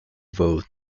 vote